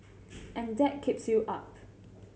and that keeps you up